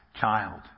child